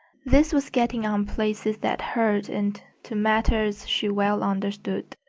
this was getting on places that hurt and to matters she well understood,